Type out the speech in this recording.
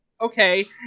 okay